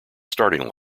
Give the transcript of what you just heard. starting